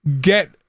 get